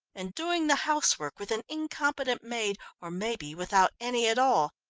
and doing the housework with an incompetent maid, or maybe without any at all.